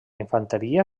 infanteria